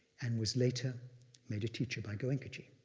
and was later made a teacher by goenkaji